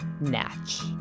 Natch